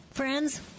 Friends